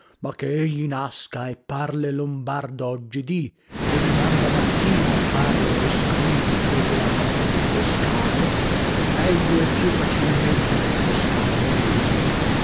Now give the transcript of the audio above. ma che egli nasca e parle lombardo oggidì e diman da mattina parle e scriva regolatamente toscano meglio e più facilmente del toscano medesimo